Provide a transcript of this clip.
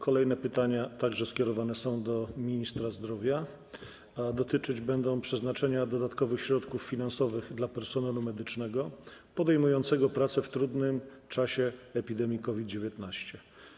Kolejne pytanie także skierowane jest do ministra zdrowia, a dotyczyć będzie przeznaczenia dodatkowych środków finansowych dla personelu medycznego, podejmującego pracę w trudnym czasie epidemii COVID-19.